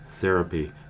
therapy